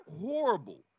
horrible